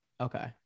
Okay